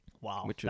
Wow